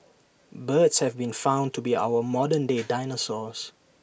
birds have been found to be our modern day dinosaurs